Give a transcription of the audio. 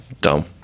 Dumb